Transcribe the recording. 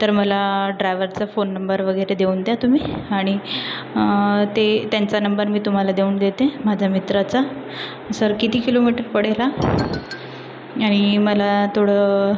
तर मला ड्रायवरचा फोन नंबर वगैरे देऊन द्या तुम्ही आणि ते त्यांचा नंबर मी तुम्हाला देऊन देते माझा मित्राचा सर किती किलोमीटर पडेल हा आणि मला थोडं